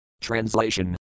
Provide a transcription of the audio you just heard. Translation